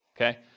okay